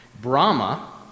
Brahma